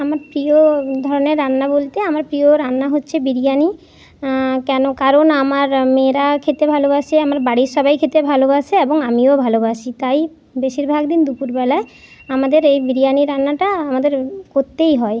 আমার প্রিয় ধরণের রান্না বলতে আমার প্রিয় রান্না হচ্ছে বিরিয়ানি কেন কারণ আমার মেয়েরা খেতে ভালোবাসে আমার বাড়ির সবাই খেতে ভালোবাসে এবং আমিও ভালোবাসি তাই বেশিরভাগ দিন দুপুরবেলায় আমাদের এই বিরিয়ানি রান্নাটা আমাদের করতেই হয়